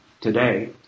today